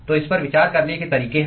तो इस पर विचार करने के तरीके हैं